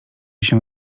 się